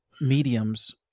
mediums